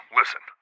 listen